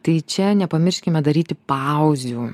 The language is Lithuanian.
tai čia nepamirškime daryti pauzių